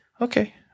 okay